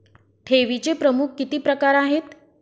ठेवीचे प्रमुख किती प्रकार आहेत?